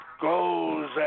goes